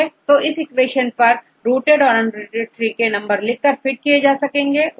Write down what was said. तो इस इक्वेशन पर रूटेड और अनरूटेड ट्री के नंबर लिख कर फिट किए जा सकते हैं